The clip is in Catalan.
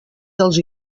dels